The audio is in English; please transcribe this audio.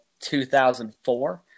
2004